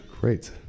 great